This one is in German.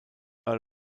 earl